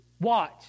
Watch